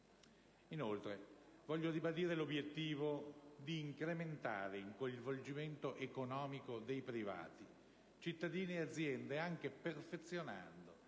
Inoltre, voglio ribadire l'obiettivo di incrementare il coinvolgimento economico dei privati, cittadini e aziende, anche perfezionando,